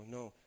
No